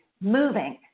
moving